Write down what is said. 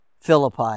Philippi